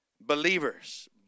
believers